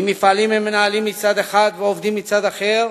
ממפעלים ומנהלים מצד אחד, ועובדים מצד אחר,